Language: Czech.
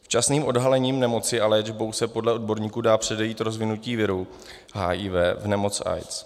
Včasným odhalením nemoci a léčbou se podle odborníků dá předejít rozvinutí viru HIV v nemoc AIDS.